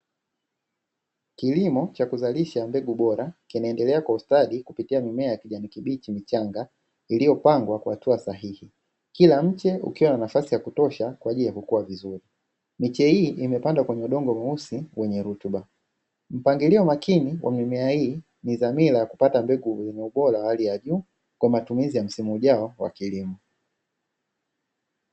Kilimo cha kuzalisha mbegu bora kinaendelea kwa ustadi kupitia mimea ya kijamii kibiti mchanga iliyopangwa kwa hatua sahihi kila mche ukiwa na nafasi ya kutosha kwa ajili ya kukua vizuri, miche hii imepandwa kwenye udongo mweusi wenye rutuba mpangilio makini wa mimea hii ni dhamira kupata mbegu zenye ubora wa hali ya juu kwa matumizi ya msimu ujao kwa kilimo.